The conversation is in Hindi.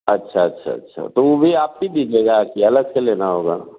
अच्छा अच्छा अच्छा तो वह भी आपकी जगह है कि अलग से लेना होगा